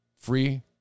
free